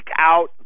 out